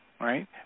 right